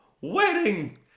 wedding